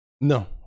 no